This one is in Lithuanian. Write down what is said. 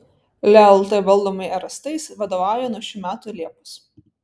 leo lt valdomai rst jis vadovauja nuo šių metų liepos